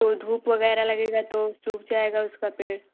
तो धूप वगैरह लगेगा तो सूख जाएगा उसका पेड़